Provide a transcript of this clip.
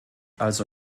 also